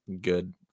good